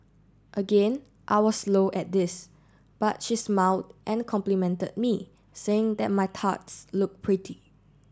again I was slow at this but she smiled and complimented me saying that my tarts looked pretty